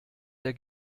der